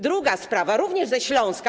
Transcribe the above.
Druga sprawa również jest ze Śląska.